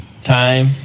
time